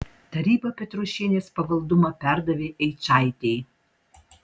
taryba petrošienės pavaldumą perdavė eičaitei